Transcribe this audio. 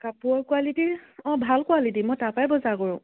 কাপোৰৰ কোৱালিটিৰ অঁ ভাল কোৱালিটি মই তাৰ পৰাই বজাৰ কৰোঁ